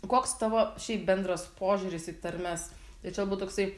koks tavo šiaip bendras požiūris į tarmes tai čia bu toksai